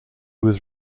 was